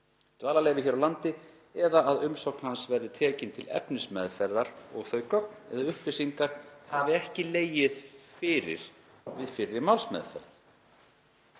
dvalarleyfi hér á landi eða að umsókn hans verði tekin til efnismeðferðar og þau gögn eða upplýsingar hafi ekki legið fyrir við fyrri málsmeðferð.